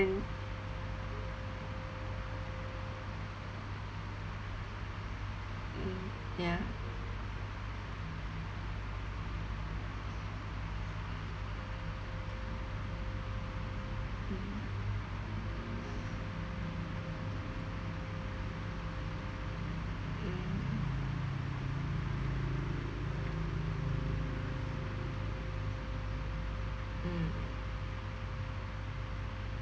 when ya mm